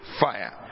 fire